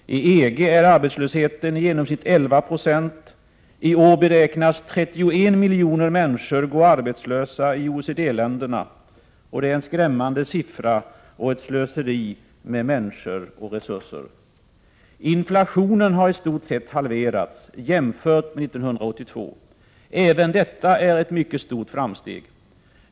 I EG är arbetslösheten i genomsnitt 11 96. I år beräknas 31 miljoner människor gå arbetslösa i OECD-länderna. Det är en skrämmande siffra och ett slöseri med människor och resurser. Inflationen har i stort sett halverats jämfört med 1982. Även detta är ett mycket stort framsteg.